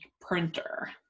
printer